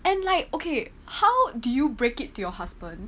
and like okay how do you break it to your husband